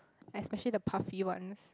especially the puffy ones